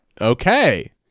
Okay